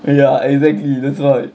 ya exactly that's why